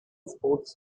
sports